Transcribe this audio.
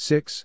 Six